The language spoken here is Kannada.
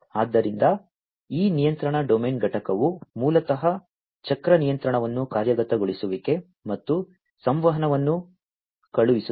ಆದ್ದರಿಂದ ಈ ನಿಯಂತ್ರಣ ಡೊಮೇನ್ ಘಟಕವು ಮೂಲತಃ ಚಕ್ರ ನಿಯಂತ್ರಣವನ್ನು ಕಾರ್ಯಗತಗೊಳಿಸುವಿಕೆ ಮತ್ತು ಸಂವಹನವನ್ನು ಕಳುಹಿಸುತ್ತದೆ